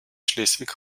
schleswig